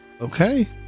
Okay